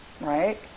right